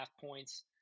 points